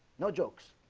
no jokes